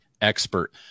expert